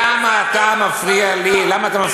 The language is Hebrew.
למה אתה מפריע לי?